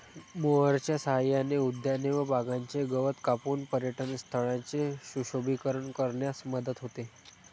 मोअरच्या सहाय्याने उद्याने व बागांचे गवत कापून पर्यटनस्थळांचे सुशोभीकरण करण्यास मदत होते